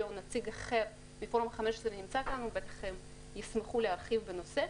או נציג אחר מפורום ה-15 נמצאים כאן והם ישמחו להרחיב בנושא.